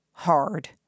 hard